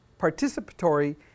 participatory